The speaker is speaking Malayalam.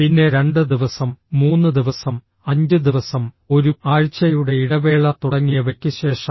പിന്നെ 2 ദിവസം 3 ദിവസം 5 ദിവസം ഒരു ആഴ്ചയുടെ ഇടവേള തുടങ്ങിയവയ്ക്ക് ശേഷം